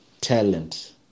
talent